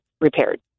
repaired